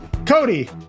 Cody